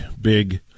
big